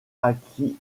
acquit